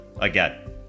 again